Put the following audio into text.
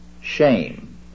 shame